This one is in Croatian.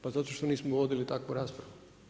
Pa zato što nismo vodili takvu raspravu.